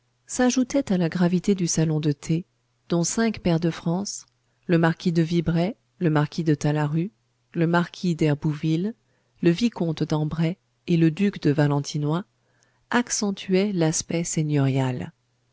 s'ajoutaient à la gravité du salon de t dont cinq pairs de france le marquis de vibraye le marquis de talaru le marquis d'herbouville le vicomte dambray et le duc de valentinois accentuaient l'aspect seigneurial